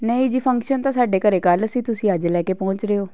ਨਹੀਂ ਜੀ ਫੰਕਸ਼ਨ ਤਾਂ ਸਾਡੇ ਘਰ ਕੱਲ੍ਹ ਸੀ ਤੁਸੀਂ ਅੱਜ ਲੈ ਕੇ ਪਹੁੰਚ ਰਹੇ ਹੋ